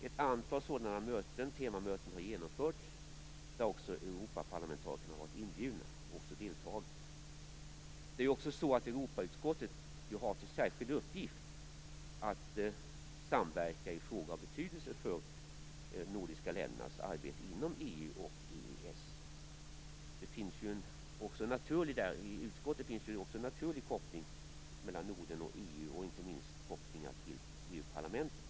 Ett antal sådana temamöten har genomförts där också Europaparlamentarikerna har varit inbjudna och deltagit. Europautskottet har till särskild uppgift att samverka i frågor av betydelse för de nordiska ländernas arbete inom EU och EES. I utskottet finns en naturlig koppling mellan Norden och EU och inte minst kopplingar till EU-parlamentet.